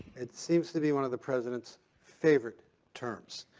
it seems to be one of the president's favorite terms,